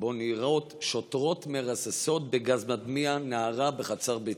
שבו נראות שוטרות מרססות בגז מדמיע נערה בחצר ביתה.